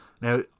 Now